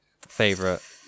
favorite